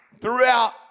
Throughout